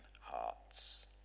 hearts